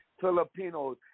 Filipinos